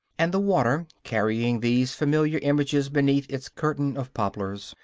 and the water, carrying these familiar images beneath its curtain of poplars,